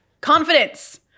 confidence